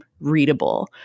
readable